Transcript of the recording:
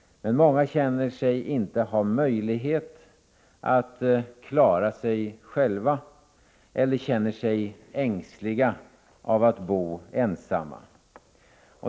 Men många känner sig inte ha möjlighet att klara sig själva, eller känner sig ängsliga av att bo ensamma.